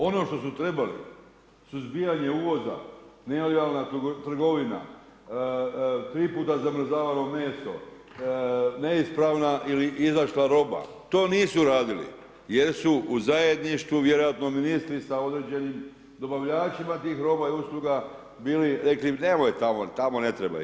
Ono što su trebali, suzbijanje uvoza, nelegalna trgovina, tri puta zamrzavano meso, neispravna ili izašla roba to nisu radili jer su u zajedništvu vjerojatno ministri sa određenim dobavljačima tih roba i usluga bili, rekli nemoj tamo, tamo ne treba ići.